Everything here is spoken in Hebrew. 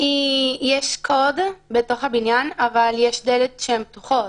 יש קוד בתוך הבניין, אבל יש דלתות שפתוחות.